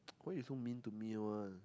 why you so mean to me [one]